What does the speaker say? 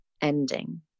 ending